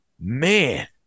man